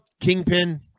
kingpin